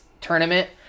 tournament